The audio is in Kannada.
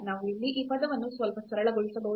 ನಾವು ಇಲ್ಲಿ ಈ ಪದವನ್ನು ಸ್ವಲ್ಪ ಸರಳಗೊಳಿಸಬಹುದು